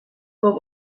but